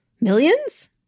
Millions